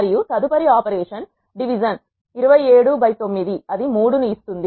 మరియు తదుపరి operation division 27 9అది 3 ను ఇస్తుంది